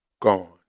gone